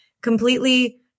completely